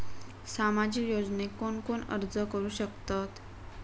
सामाजिक योजनेक कोण कोण अर्ज करू शकतत?